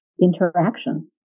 interaction